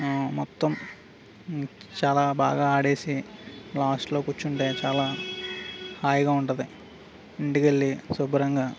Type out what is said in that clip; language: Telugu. మొత్తం చాలా బాగా ఆడేసి లాస్ట్లో కూర్చుంటే చాలా హాయిగా ఉంటుంది ఇంటికి వెళ్ళి శుభ్రంగా